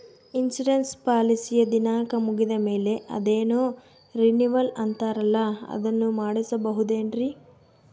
Insurance ಪಾಲಿಸಿಯ ದಿನಾಂಕ ಮುಗಿದ ಮೇಲೆ ಅದೇನೋ ರಿನೀವಲ್ ಅಂತಾರಲ್ಲ ಅದನ್ನು ಮಾಡಿಸಬಹುದೇನ್ರಿ?